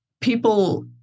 people